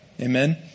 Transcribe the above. Amen